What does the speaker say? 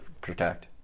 protect